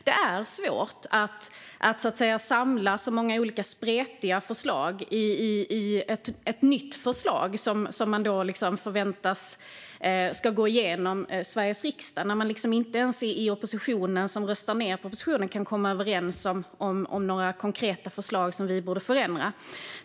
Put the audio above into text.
Det är svårt att samla så många olika, spretiga förslag i ett nytt förslag som kan förväntas gå igenom Sveriges riksdag, när man inte ens i oppositionen, som röstar ned propositionen, kan komma överens om några konkreta förslag till förändringar.